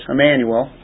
Emmanuel